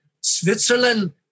Switzerland